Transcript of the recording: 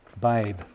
babe